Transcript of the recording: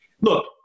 look